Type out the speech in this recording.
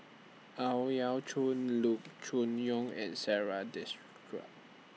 Ang Yau Choon Loo Choon Yong and Sarah